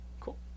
Cool